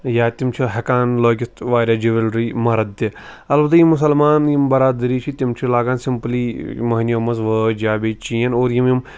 یا تِم چھِ ہٮ۪کان لٲگِتھ واریاہ جِوٮ۪لری مَرٕد تہِ البتہ یہِ مُسلمان یِم بَرادٔری چھِ تِم چھِ لاگان سِمپٕلی مٔہٕنِوٮ۪و منٛز وٲج یا بیٚیہِ چین اور یِم یِم